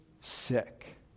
sick